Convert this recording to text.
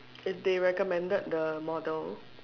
if they recommended the model